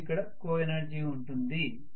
మరియు ఇక్కడ కోఎనర్జీ ఉంటుంది